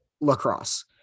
lacrosse